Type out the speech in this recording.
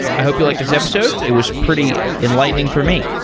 i hope you like this episode. it was pretty enlightening for me.